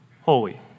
Holy